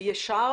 אלישר